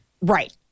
Right